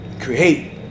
Create